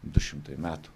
du šimtai metų